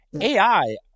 AI